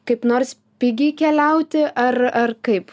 kaip nors pigiai keliauti ar ar kaip